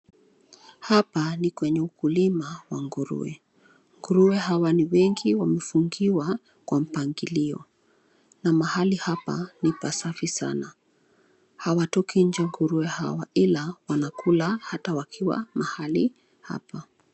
Hapa ni kwenye ukulima wa nguruwe. Nguruwe hawa ni wengi wamefungiwa kwa mpangilio na mahali hapa ni pasafi sana hawatoki nje nguruwe hawa ila wanakula wakiwa mahali hapa.